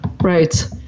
Right